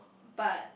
but